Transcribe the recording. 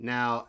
Now